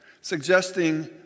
suggesting